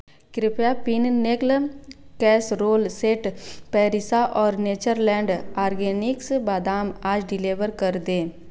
कृपया Pinnacle casserole set पैरिसा और नेचर लैंड ऑर्गॅनिक्स बादाम आज डिलेवर कर दें